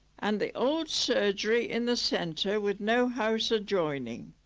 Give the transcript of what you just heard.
and the old surgery in the centre with no house adjoining